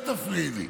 אל תפריעי לי,